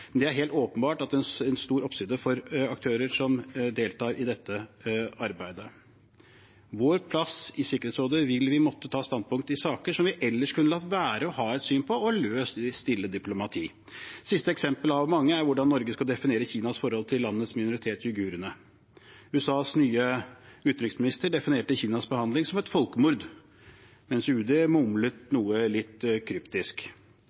Det er helt åpenbart en stor oppside for aktører som deltar i dette arbeidet. I vår plass i Sikkerhetsrådet vil vi måtte ta standpunkt i saker som vi ellers kunne latt være å ha et syn på, og løst i stille diplomati. Siste eksempel av mange er hvordan Norge skal definere Kinas forhold til landets minoritet uigurene. USAs nye utenriksminister definerte Kinas behandling som et folkemord, mens UD mumlet noe litt kryptisk.